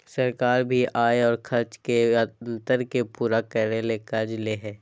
सरकार भी आय और खर्च के अंतर के पूरा करय ले कर्ज ले हइ